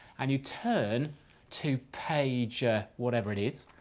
and you turn to page whatever it is.